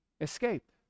escape